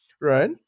right